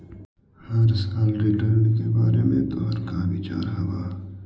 हर साल रिटर्न के बारे में तोहर का विचार हवऽ?